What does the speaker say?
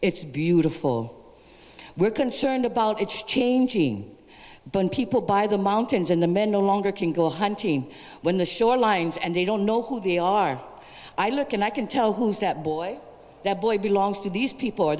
it's beautiful we're concerned about its changing but people by the mountains and the men no longer can go hunting when the shorelines and they don't know who they are i look and i can tell who's that boy that boy belongs to these people